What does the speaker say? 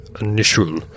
initial